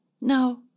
No